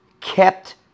Kept